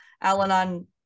Al-Anon